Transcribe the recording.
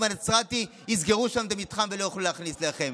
הנצרתי יסגרו שם את המתחם ולא יוכלו להכניס לחם.